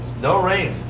no rain.